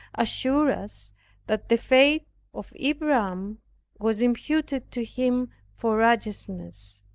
assures us that the faith of abraham was imputed to him for righteousness.